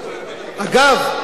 אגב,